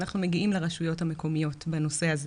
אנחנו מגיעים לרשויות המקומיות בנושא הזה.